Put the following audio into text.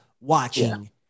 watching